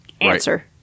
answer